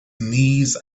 knees